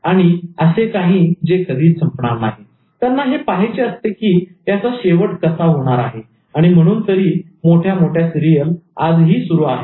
आणि असे काही जे कधीच संपणार नाही त्यांना हे पाहायचे असते की याचा शेवट कसा होणार आणि म्हणून तरी मोठ्या मोठ्या सिरीयल आजही सुरू आहेत